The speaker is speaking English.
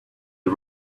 are